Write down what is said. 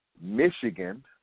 Michigan